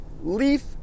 leaf